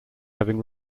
having